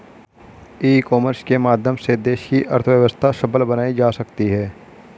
ई commerce के माध्यम से देश की अर्थव्यवस्था सबल बनाई जा सकती है